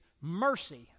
mercy